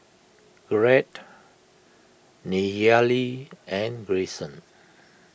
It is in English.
Gregg Nayely and Greyson